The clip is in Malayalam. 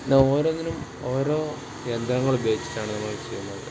ഇത് ഓരോന്നിനും ഓരോ യന്ത്രങ്ങൾ ഉപയോഗിച്ചിട്ടാണ് നമ്മൾ ചെയ്യുന്നത്